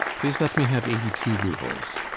please let me have eighty-two roubles.